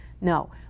No